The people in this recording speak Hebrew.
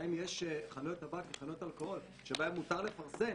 טבק ובחנויות אלכוהול שבהן מותר לפרסם.